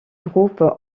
groupe